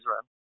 Israel